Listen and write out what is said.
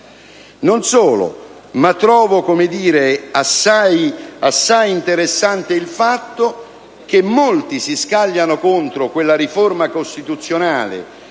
Non solo. Trovo assai interessante il fatto che molti si scagliano contro quella riforma costituzionale